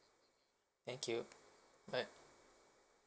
thank you bye